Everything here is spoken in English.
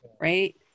right